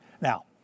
Now